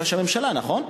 שר הבריאות, נכון?